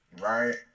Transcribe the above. right